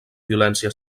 violència